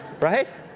Right